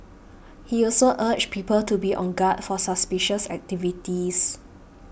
he also urged people to be on guard for suspicious activities